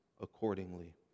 accordingly